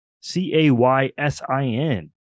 C-A-Y-S-I-N